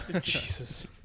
Jesus